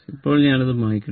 ഇപ്പോൾ ഞാൻ അത് മായ്ക്കട്ടെ